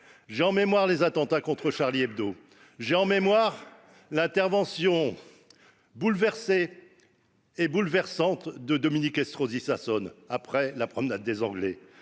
J'ai en mémoire l'attentat contre Charlie Hebdo. J'ai en mémoire l'intervention bouleversée et bouleversante de Dominique Estrosi Sassone après l'attentat sur la promenade des Anglais.